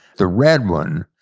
the red one,